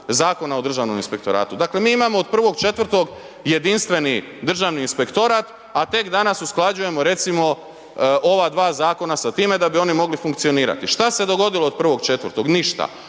Zakona o državnom inspektoratu. Dakle mi imamo od 1.4. jedinstveni državni inspektorat a tek danas usklađujemo recimo ova dva zakona sa time da bi oni mogli funkcionirati. Šta se dogodilo od 1.4.? Ništa.